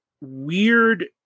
weird